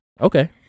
Okay